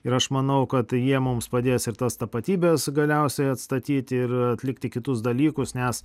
ir aš manau kad jie mums padės ir tas tapatybės galiausiai atstatyti ir atlikti kitus dalykus nes